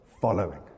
following